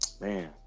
Man